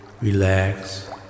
Relax